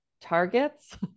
targets